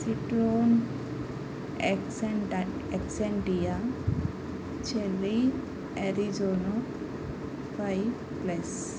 Citroen XM టట్ Xantia Chery Arrizo five plus